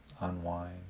unwind